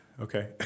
Okay